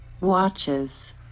watches